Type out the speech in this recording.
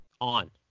On